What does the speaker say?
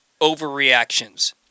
overreactions